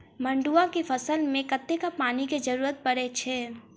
मड़ुआ केँ फसल मे कतेक पानि केँ जरूरत परै छैय?